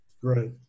Great